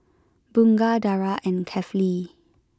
Bunga Dara and Kefli